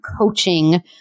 coaching